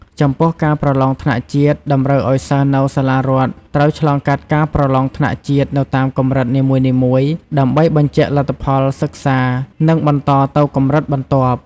ចំពោះការប្រឡងថ្នាក់ជាតិ តម្រូវឲ្យសិស្សនៅសាលារដ្ឋត្រូវឆ្លងកាត់ការប្រឡងថ្នាក់ជាតិនៅតាមកម្រិតនីមួយៗ ដើម្បីបញ្ជាក់លទ្ធផលសិក្សា និងបន្តទៅកម្រិតបន្ទាប់។